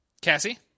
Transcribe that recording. Cassie